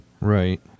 Right